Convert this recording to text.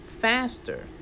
faster